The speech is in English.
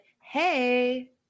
hey